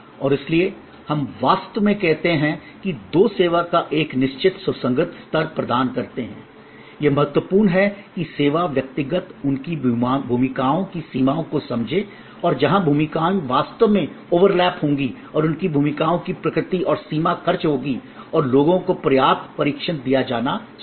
और इसलिए हम वास्तव में कहते हैं कि दो सेवा का एक निश्चित सुसंगत स्तर प्रदान करते हैं यह महत्वपूर्ण है कि सेवा व्यक्तिगत उनकी भूमिकाओं की सीमाओं को समझें और जहां भूमिकाएं वास्तव में ओवरलैप होंगी और उनकी भूमिकाओं की प्रकृति और सीमा खर्च होगी और लोगों को पर्याप्त प्रशिक्षण दिया जाना चाहिए